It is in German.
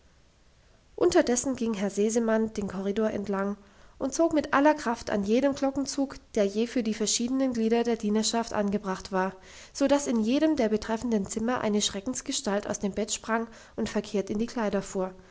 unterdessen ging herr sesemann den korridor entlang und zog mit aller kraft an jedem glockenzug der je für die verschiedenen glieder der dienerschaft angebracht war so dass in jedem der betreffenden zimmer eine schreckensgestalt aus dem bett sprang und verkehrt in die kleider fuhr